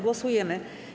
Głosujemy.